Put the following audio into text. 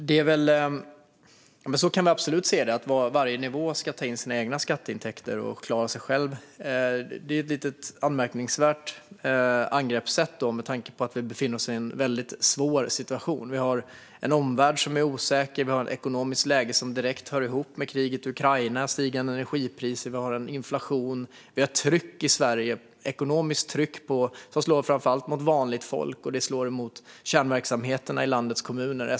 Herr talman! Så kan vi absolut se det. Varje nivå ska ta in sina egna skatteintäkter och klara sig själv. Det är ett lite anmärkningsvärt angreppssätt med tanke på att vi befinner oss i en väldigt svår situation. Vi har en omvärld som är osäker. Vi har ett ekonomiskt läge som hör ihop med kriget i Ukraina och stigande energipriser. Vi har en inflation. Vi har ett ekonomiskt tryck i Sverige som slår framför allt mot vanligt folk och kärnverksamheterna i landets kommuner.